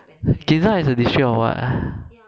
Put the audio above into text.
ginza is a district or what